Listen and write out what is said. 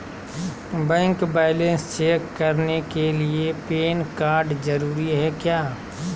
Bank balance check करने के लिए पैन कार्ड जरूरी है क्या?